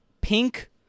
pink